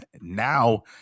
now